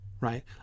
right